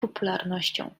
popularnością